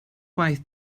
gwaith